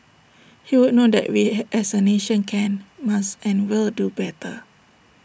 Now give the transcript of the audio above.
he would know that we had as A nation can must and will do better